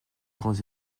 grands